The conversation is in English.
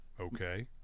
Okay